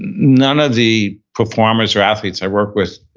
none of the performers or athletes i work with,